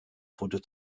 wurde